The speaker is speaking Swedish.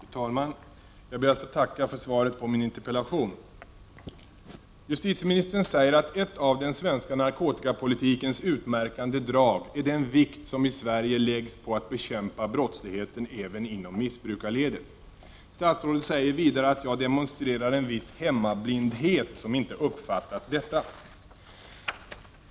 Fru talman! Jag ber att få tacka för svaret på min interpellation. Justitieministern säger att ett av den svenska narkotikapolitikens utmärkande drag är den vikt som i Sverige läggs på att bekämpa brottsligheten även inom missbrukarledet. Statsrådet säger vidare att jag ”demonstrerar en viss hemmablindhet” som inte uppfattat detta.